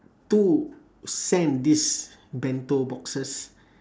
to send these bento boxes